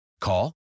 Call